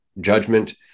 judgment